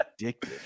addicted